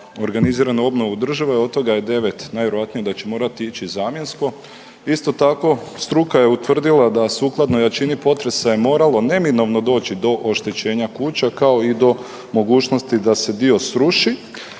organiziranu obnovu države od toga je 9 najvjerojatnije da će morati ići zamjensko. Isto tako struka je utvrdila da sukladno jačini potresa je moralo neminovno doći do oštećenja kuća kao i do mogućnosti da se dio sruši.